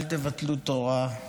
אל תבטלו תורה,